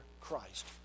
Christ